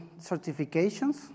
certifications